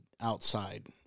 outside